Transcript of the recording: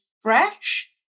Fresh